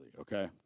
okay